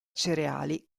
cereali